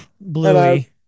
Bluey